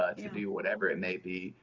ah to do whatever it may be,